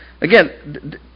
again